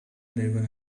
driver